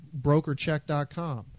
brokercheck.com